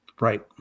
Right